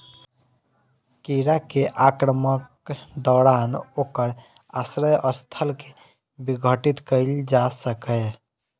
कीड़ा के आक्रमणक दौरान ओकर आश्रय स्थल कें विघटित कैल जा सकैए